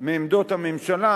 מעמדות הממשלה,